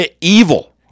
evil